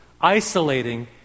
isolating